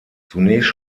zunächst